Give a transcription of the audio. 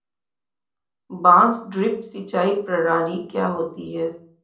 बांस ड्रिप सिंचाई प्रणाली क्या होती है?